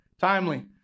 Timely